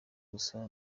gusa